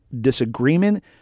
disagreement